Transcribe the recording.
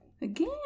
Again